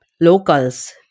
locals